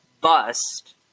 bust